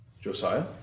Josiah